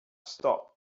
stopped